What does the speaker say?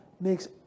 makes